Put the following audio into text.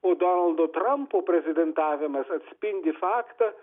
o donaldo trampo prezidentavimas atspindi faktą